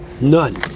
none